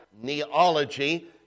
neology